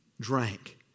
drank